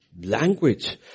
language